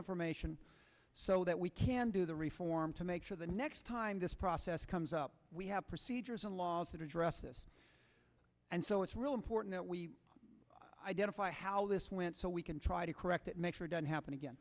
information so that we can do the reform to make sure the next time this process comes up we have procedures and laws that address this and so it's real important that we identify how this went so we can try to correct it make sure doesn't happen again